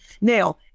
now